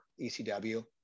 ECW